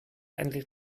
endlich